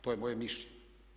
To je moje mišljenje.